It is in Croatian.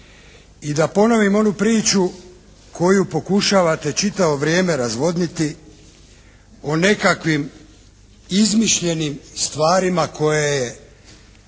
I da ponovim onu priču koju pokušavate čitavo vrijeme razvodniti, o nekakvim izmišljenim stvarima koje je